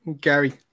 Gary